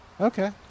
Okay